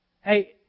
Hey